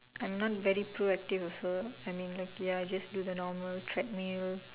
I'm not very proactive also I mean like ya I would just do the normal treadmill